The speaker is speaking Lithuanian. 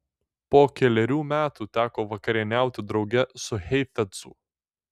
po kelerių metų teko vakarieniauti drauge su heifetzu